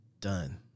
done